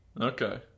Okay